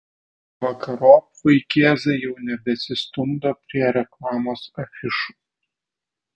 vakarop vaikėzai jau nebesistumdo prie reklamos afišų